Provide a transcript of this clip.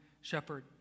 shepherd